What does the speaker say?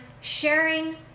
sharing